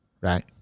Right